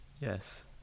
Yes